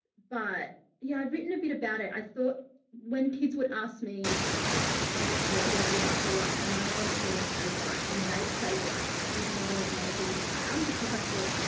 but yeah, i've written a bit about it. i thought when kids would ask me if i wasn't red, would i be black or white? and i'd always sort of say white when they'd say white. and we'd never acknowledge it as brown because i thought,